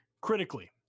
Critically